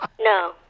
No